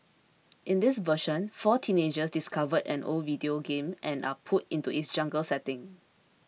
in this version four teenagers discover an old video game and are pulled into its jungle setting